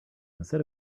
instead